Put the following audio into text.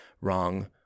wrong